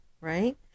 right